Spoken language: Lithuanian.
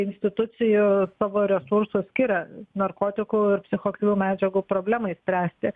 institucijų savo resursus skiria narkotikų psichoaktyvių medžiagų problemai spręsti